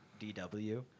DW